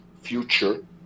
future